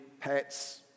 pets